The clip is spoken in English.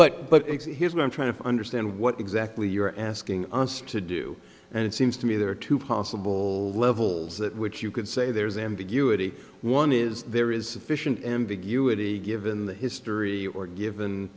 lose but here's what i'm trying to understand what exactly you're asking us to do and it seems to me there are two possible levels at which you can say there's ambiguity one is there is a fission ambiguity given the history or given